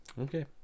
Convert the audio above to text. Okay